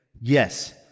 Yes